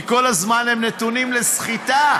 כי כל הזמן הם נתונים לסחיטה.